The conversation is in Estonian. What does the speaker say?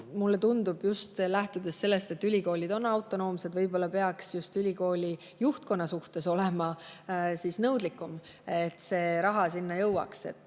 mulle tundub just lähtudes sellest, et ülikoolid on autonoomsed, et võib-olla peaks just ülikooli juhtkonna suhtes olema nõudlikum, et see raha sinna jõuaks.